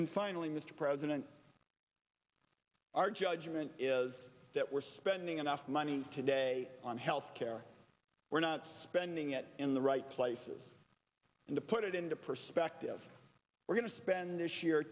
and finally mr president our judgment is that we're spending enough money today on health care we're not spending it in the right places and to put it into perspective we're going to spend this year